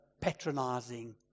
patronizing